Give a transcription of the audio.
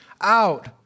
out